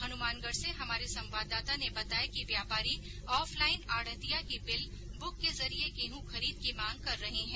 हनुमानगढ़ से हमारे संवाददाता ने बताया कि व्यापारी ऑफलाइन आढ़तिया की बिल बुक के जरिए गेहूं खरीद की मांग कर रहे हैं